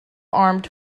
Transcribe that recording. armed